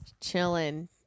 chilling